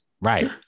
Right